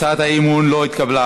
הצעת האי-אמון לא התקבלה.